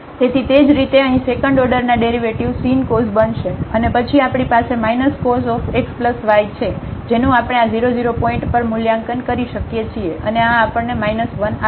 તેથી તે જ રીતે અહીં સેકન્ડ ઓર્ડરના ડેરિવેટિવ્ઝ sin cos બનશે અને પછી આપણી પાસે cosx y છે જેનું આપણે આ 0 0 પોઇન્ટ પર મૂલ્યાંકન કરી શકીએ છીએ અને આ આપણને 1 આપશે